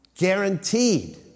Guaranteed